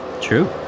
True